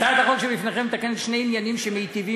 הצעת החוק שלפניכם מתקנת שני עניינים שמיטיבים